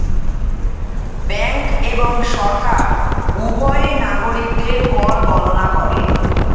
bank এবং সরকার উভয়ই নাগরিকদের কর গণনা করে